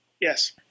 Yes